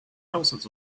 thousands